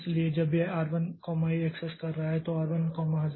इसलिए जब यह R 1 A एक्सेस कर रहा है तो R 1 1000